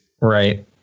right